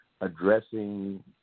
addressing